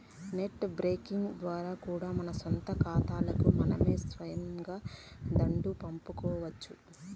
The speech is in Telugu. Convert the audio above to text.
నెట్ బ్యేంకింగ్ ద్వారా కూడా మన సొంత కాతాలకి మనమే సొయంగా దుడ్డు పంపుకోవచ్చు